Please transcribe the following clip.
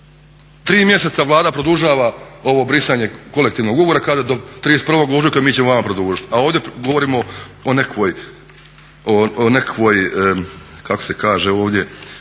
Tri mjeseca Vlada produžava ovo brisanje kolektivnog ugovora, kaže do 31. ožujka mi ćemo vama produžiti a ovdje govorimo o nekakvoj kako se kaže ovdje